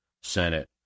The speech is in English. Senate